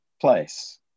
place